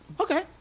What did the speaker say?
okay